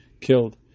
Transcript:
killed